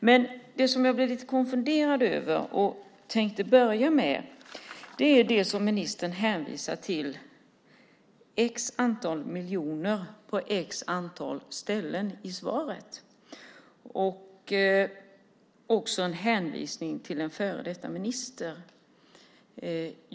Men det som jag blev lite konfunderad över och tänkte börja med är att ministern hänvisar till x miljoner på x ställen i svaret. Det görs också en hänvisning till en före detta minister.